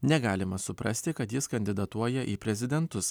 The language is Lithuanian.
negalima suprasti kad jis kandidatuoja į prezidentus